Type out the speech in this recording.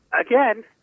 again